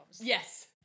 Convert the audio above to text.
Yes